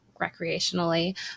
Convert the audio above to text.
recreationally